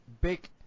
big